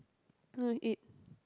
no it